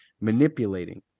manipulating